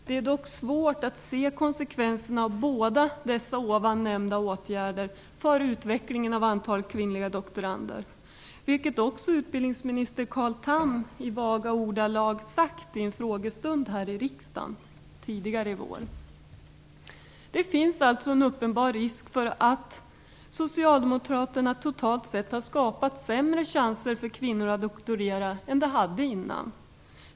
Det är dock svårt att se konsekvenserna av båda dessa ovan nämnda åtgärder för utvecklingen av antalet kvinnliga doktorander, vilket också utbildningsminister Carl Tham i vaga ordalag sagt under en frågestund i riksdagen tidigare i vår. Det finns alltså en uppenbar risk för att socialdemokraterna totalt sett har skapat sämre chanser för kvinnor att doktorera än de hade innan.